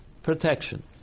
Protection